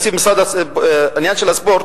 תקציב לעניין הספורט,